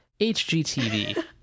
HGTV